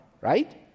Right